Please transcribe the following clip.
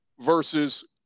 versus